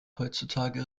heutzutage